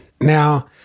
Now